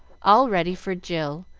all ready for jill,